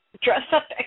dress-up